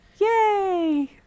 Yay